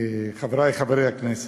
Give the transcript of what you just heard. חברי חברי הכנסת,